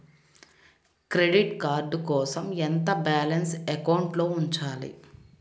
Credit card కోసం ఎంత balance అకౌంట్లో ఉంచాలి?